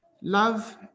Love